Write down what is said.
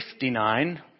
59